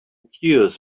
cures